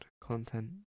content